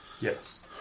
Yes